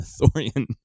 Thorian